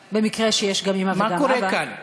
במקרה שיש גם אימא וגם אבא מה קורה כאן?